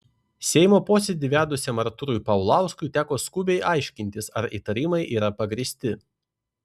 seimo posėdį vedusiam artūrui paulauskui teko skubiai aiškintis ar įtarimai yra pagrįsti